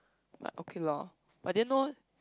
but okay lor I didn't know